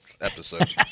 episode